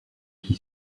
qui